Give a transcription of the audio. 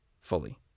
fully